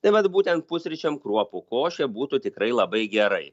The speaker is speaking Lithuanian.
tai vat būtent pusryčiam kruopų košė būtų tikrai labai gerai